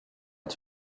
est